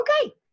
okay